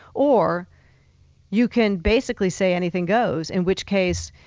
or you can basically say anything goes, in which case,